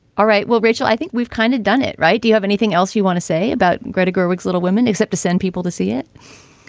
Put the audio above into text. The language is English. all right. well, rachel, i think we've kind of done it right. do you have anything else you want to say about greta gerwig? little women, except to send people to see it?